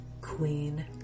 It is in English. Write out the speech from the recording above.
Queen